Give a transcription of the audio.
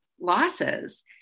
losses